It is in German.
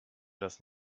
das